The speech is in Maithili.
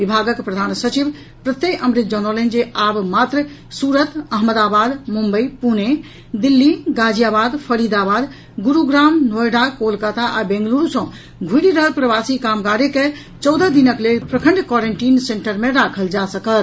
विभागक प्रधान सचिव प्रत्यय अमृत जनौलनि जे आब मात्र सूरत अहमदाबाद मुम्बई पुणे दिल्ली गाजियाबाद फरीदाबाद गुरूग्राम नोएडा कोलकाता आ बेंगलुरू सँ घुरि रहल प्रवासी कामगारे के चौदह दिनक लेल प्रखंड क्वारेंटीन सेंटर मे राखल जा सकत